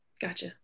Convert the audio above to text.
Gotcha